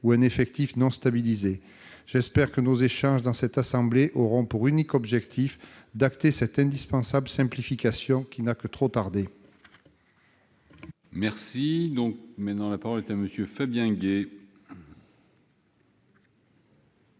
un effectif non stabilisé. J'espère que nos échanges dans cette assemblée auront pour unique objectif d'acter cette indispensable simplification, qui n'a que trop tardé. La parole est à M. Fabien Gay,